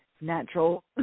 natural